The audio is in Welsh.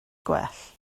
gwell